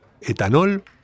etanol